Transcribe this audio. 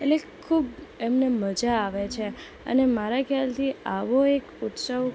એટલે ખૂબ એમને મજા આવે છે અને મારા ખ્યાલથી આવો એક ઉત્સવ